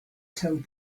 told